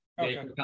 Okay